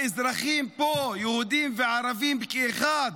האזרחים פה, יהודים וערבים כאחד,